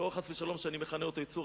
לא חס ושלום שאני מכנה אותו "יצור",